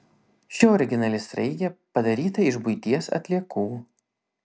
ši originali sraigė padaryta iš buities atliekų